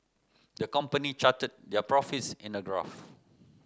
the company charted their profits in a graph